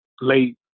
late